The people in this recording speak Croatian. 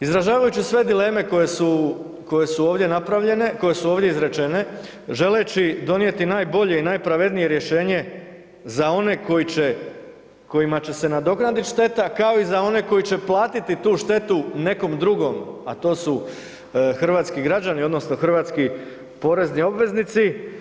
Izražavajući sve dileme koje su ovdje napravljene, koje su ovdje izrečene želeći donijeti najbolje i najpravednije rješenje za one kojima će se nadoknaditi šteta kao i za one koji će platiti tu štetu nekom drugom a to su hrvatski građani odnosno hrvatski porezni obveznici.